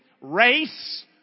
race